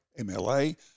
MLA